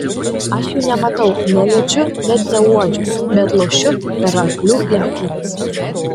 aš jų nematau neliečiu net neuodžiu bet lošiu per arklių lenktynes